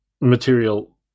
material